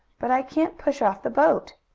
but i can't push off the boat.